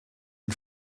and